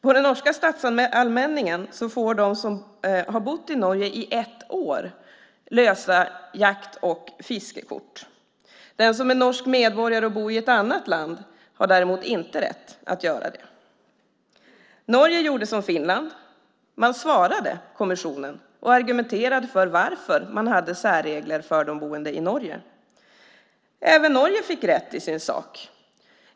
På den norska statsallmänningen får den som har bott i Norge i ett år lösa jakt och fiskekort. Den som är norsk medborgare och bor i ett annat land har däremot inte rätt att göra det. Norge gjorde som Finland: Man svarade kommissionen och argumenterade för de särregler man hade för de boende i Norge. Även Norge fick rätt i sin sak.